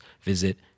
visit